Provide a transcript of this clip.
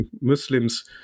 Muslims